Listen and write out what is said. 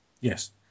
Yes